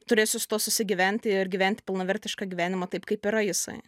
turėsiu su tuo susigyventi ir gyventi pilnavertišką gyvenimą taip kaip yra jisai